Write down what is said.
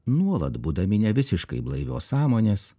nuolat būdami ne visiškai blaivios sąmonės